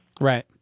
Right